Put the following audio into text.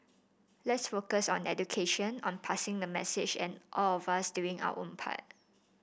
let's focus on education on passing the message and all of us doing our own part